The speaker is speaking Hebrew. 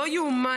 לא ייאמן,